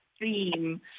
theme